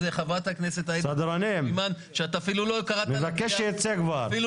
חכה, חכה, טענת טענה חכה, ואילו ההיטלים שאנחנו